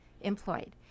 employed